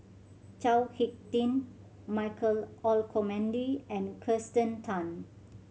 Chao Hick Tin Michael Olcomendy and Kirsten Tan